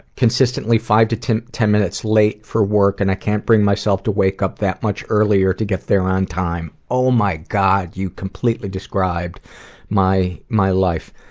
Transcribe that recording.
consistently five to to ten minutes late for work, and i can't bring myself to wake up that much earlier to get there on time. oh my god, you completely described my my life.